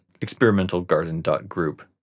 experimentalgarden.group